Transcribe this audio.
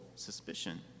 suspicion